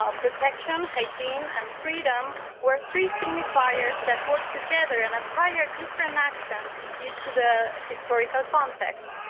ah protection, hygiene and freedom were three signifiers that work together and acquire different accents due to the historical context.